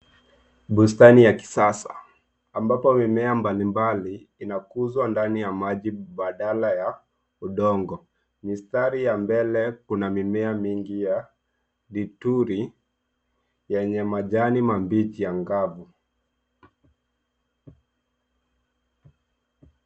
Bustani ya kisasa ambapo mimea mbalimbali inakuzwa ndani ya maji badala ya udongo. Mistari ya mbele kuna mimea mingi ya lituri yenye majani mabichi angavu.